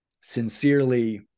sincerely